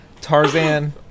Tarzan